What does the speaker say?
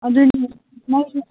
ꯑꯗꯨꯅꯤ ꯃꯩꯁꯦ